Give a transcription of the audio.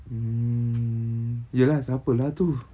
mm iya lah siapa lah tu